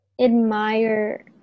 admire